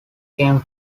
came